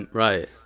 right